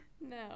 No